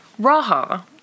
Raha